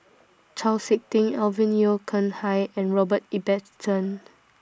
Chau Sik Ting Alvin Yeo Khirn Hai and Robert Ibbetson